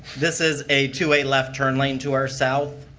this is a to a left turn lane to our south.